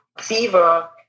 fever